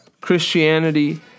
Christianity